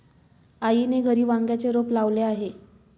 आईने घरी वांग्याचे रोप लावले आहे